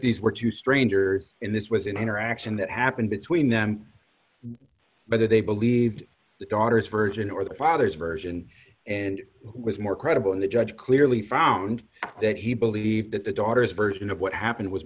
these were two strangers in this was an interaction that happened between them but that they believed the daughter's version or the father's version and was more credible and the judge clearly found that he believed that the daughter's version of what happened was